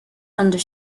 under